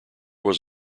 was